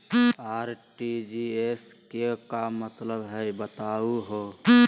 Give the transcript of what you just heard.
RTGS के का मतलब हई, बताहु हो?